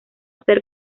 ser